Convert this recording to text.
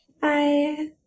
Bye